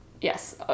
Yes